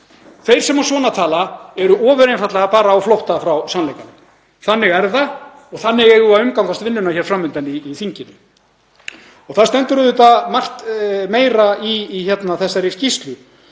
Þeir sem svona tala eru ofur einfaldlega á flótta frá sannleikanum. Þannig er það og þannig eigum við að umgangast vinnuna hér fram undan í þinginu. Það stendur auðvitað margt fleira í þessari skýrslu